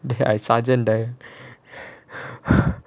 I sergeant there